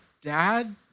dad